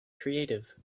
creative